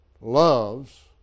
loves